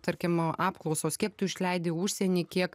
tarkim apklausos kiek tu išleidi užsieny kiek